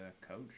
coach